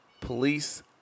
police